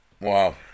Wow